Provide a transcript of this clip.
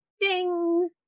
ding